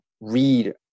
read